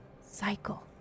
Cycle